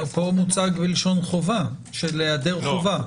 פה זה מוצג בלשון חובה, של היעדר חובה.